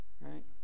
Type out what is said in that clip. right